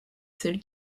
celle